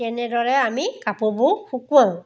তেনেদৰে আমি কাপোৰবোৰ শুকুৱাওঁ